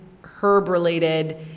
herb-related